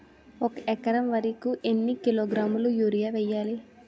ఒక ఎకర వరి కు ఎన్ని కిలోగ్రాముల యూరియా వెయ్యాలి?